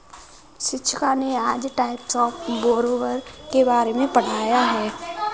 शिक्षिका ने आज टाइप्स ऑफ़ बोरोवर के बारे में पढ़ाया है